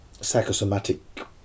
Psychosomatic